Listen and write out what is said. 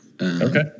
Okay